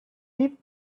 deep